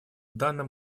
данном